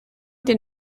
did